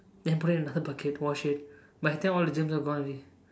then put it in another bucket wash it by the time all the germs are gone already